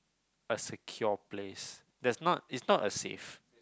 a secure place there's not is not a safe